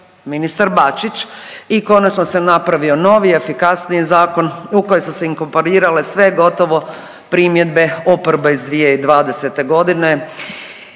ministar Bačić i konačno se napravio novi, efikasniji zakon u koji su se inkorporirale sve gotovo primjedbe oporbe iz 2020. godine